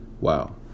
Wow